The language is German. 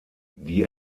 die